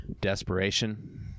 desperation